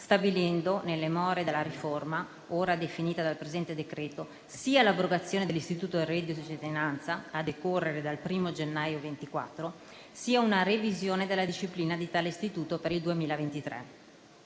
stabilendo, nelle more della riforma ora definita dal presente decreto, sia l'abrogazione dell'istituto del reddito di cittadinanza, a decorrere dal 1° gennaio 2024, sia una revisione della disciplina di tale istituto per il 2023.